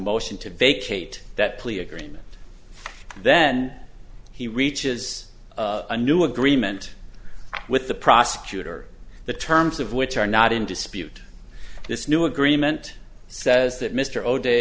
motion to vacate that plea agreement then he reaches a new agreement with the prosecutor the terms of which are not in dispute this new agreement says that mr o'day